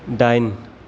दाइन